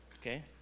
Okay